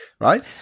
right